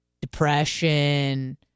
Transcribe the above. depression